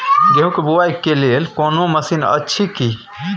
गेहूँ के बुआई के लेल कोनो मसीन अछि की?